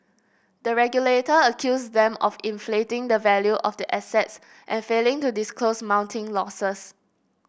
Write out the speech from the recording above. the regulator accused them of inflating the value of the assets and failing to disclose mounting losses